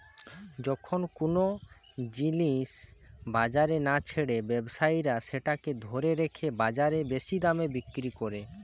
যখন কুনো জিনিস বাজারে না ছেড়ে ব্যবসায়ীরা সেটাকে ধরে রেখে বাজারে বেশি দামে বিক্রি কোরে